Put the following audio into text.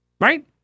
right